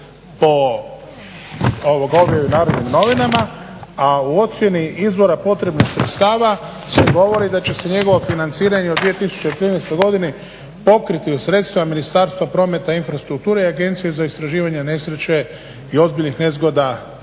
po objavi u NN a u ocjeni izvori potrebnih sredstava se govori da će se njegovo financiranje u 2013.godinu pokriti od sredstvima Ministarstva prometa, infrastrukture i agencije za istraživanje nesreće i ozbiljnih nezgoda